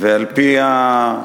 ועל-פי מה